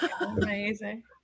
Amazing